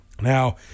now